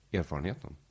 erfarenheten